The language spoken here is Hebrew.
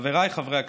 חבריי חברי הכנסת,